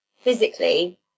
physically